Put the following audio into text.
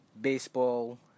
baseball